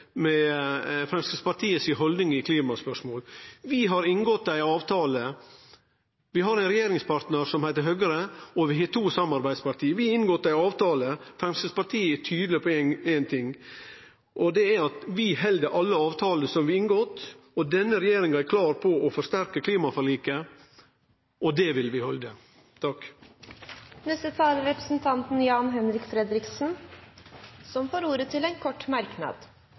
avtale. Framstegspartiet er tydeleg på ein ting, og det er at vi held alle avtaler som vi har inngått. Denne regjeringa er klar når det gjeld å forsterke klimaforliket, og den avtala vil vi halde. Representanten Jan-Henrik Fredriksen har hatt ordet to ganger tidligere og får ordet til en kort merknad,